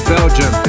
Belgium